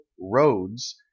roads